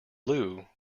loo